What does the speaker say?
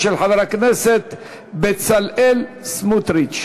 אני מוסיף את קולה של שרת המשפטים,